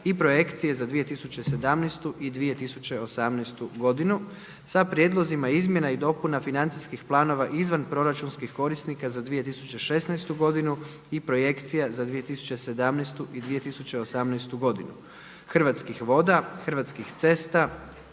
i projekciju za 2017. i 2018. godinu sa prijedlozima izmjena i dopuna Financijskih planova izvanproračunskih korisnika za 2016. godinu i projekcija za 2017. i 2018. godinu Hrvatskih voda, Hrvatskih cesta,